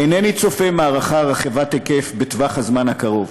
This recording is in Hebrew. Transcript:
אינני צופה מערכה רחבת היקף בטווח הזמן הקרוב,